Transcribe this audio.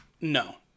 No